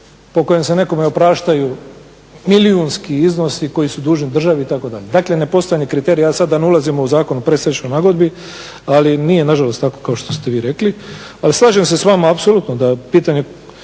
po kojem se nekome opraštaju milijunski iznosi koji su dužni državi itd. Dakle ne postoje ni kriteriji, a sad da ne ulazimo u Zakon o predstečajnoj nagodbi ali nije nažalost tako kao što ste vi rekli. Ali slažem se s vama apsolutno da pitanje